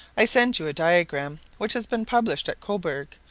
i send you a diagram, which has been published at cobourg,